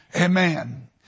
Amen